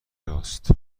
راست